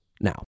Now